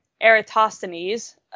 Eratosthenes